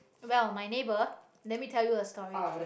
well my neighbour let me tell you a story